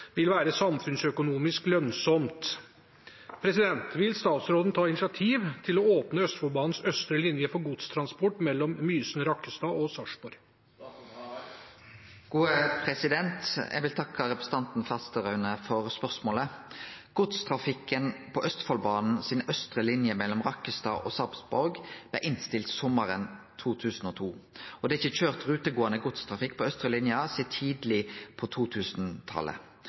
vil være samfunnsøkonomisk lønnsomt. Vil statsråden ta initiativ til å åpne Østfoldbanens østre linje for godstransport mellom Mysen/Rakkestad og Sarpsborg?» Eg vil takke representanten Fasteraune for spørsmålet. Godstrafikken på Østfoldbanen si austre linje mellom Rakkestad og Sarpsborg blei innstilt sommaren 2002, og det har ikkje blitt køyrt rutegåande godstrafikk på austre linje sidan tidleg på